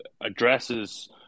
addresses